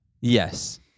Yes